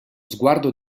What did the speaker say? sguardo